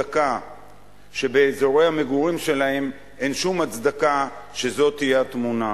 המצב באזורי המגורים שלהם אין שום הצדקה לכך שזו תהיה התמונה.